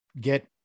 get